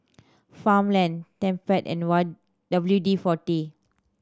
Farmland Tempt and what W D Forty